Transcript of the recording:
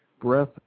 breath